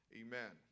amen